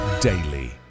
daily